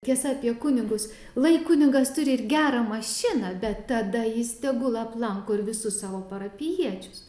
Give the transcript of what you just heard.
tiesa apie kunigus lai kunigas turi ir gerą mašiną bet tada jis tegul aplanko ir visus savo parapijiečius